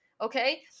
okay